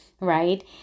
right